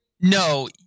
No